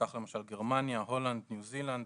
כך למשל גרמניה, הולנד, ניו זילנד,